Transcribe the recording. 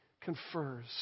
confers